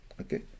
Okay